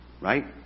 Right